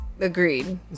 agreed